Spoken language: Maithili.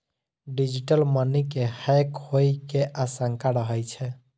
डिजिटल मनी के हैक होइ के आशंका रहै छै